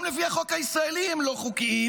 גם לפי החוק הישראלי הם לא חוקיים.